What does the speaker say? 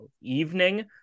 evening